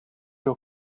your